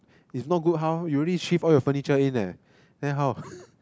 if not good how you already shift all your furniture in leh then how